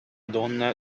donne